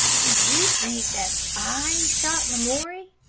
did you think that i shot lamoury?